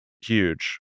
huge